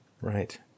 Right